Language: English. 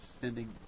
sending